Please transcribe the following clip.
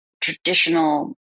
traditional